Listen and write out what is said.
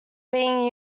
being